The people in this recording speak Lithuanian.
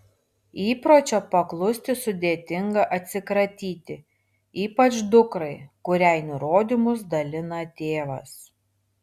įpročio paklusti sudėtinga atsikratyti ypač dukrai kuriai nurodymus dalina tėvas